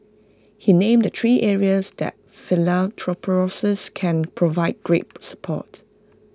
he named the three areas that philanthropists can provide great support